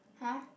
!huh!